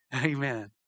Amen